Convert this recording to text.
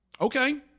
Okay